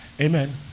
Amen